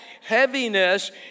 heaviness